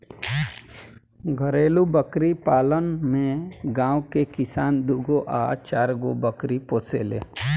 घरेलु बकरी पालन में गांव के किसान दूगो आ चारगो बकरी पोसेले